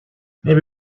maybe